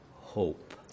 hope